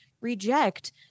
reject